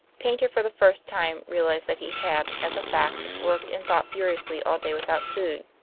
paynter for the first time realized that he had, as a fact, worked and thought furiously all day without food.